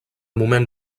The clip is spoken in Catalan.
moment